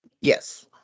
Yes